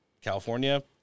California